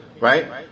Right